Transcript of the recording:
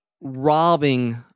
robbing